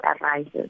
arises